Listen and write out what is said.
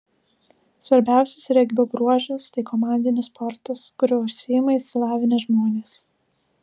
svarbiausias regbio bruožas tai komandinis sportas kuriuo užsiima išsilavinę žmonės